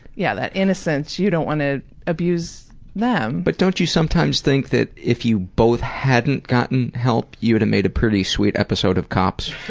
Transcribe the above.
yeah, that innocence. you don't want to abuse them. but don't you sometimes think that if you both hadn't gotten help, you would have made a pretty sweet episode of cops?